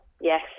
yes